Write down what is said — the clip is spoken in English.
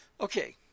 Okay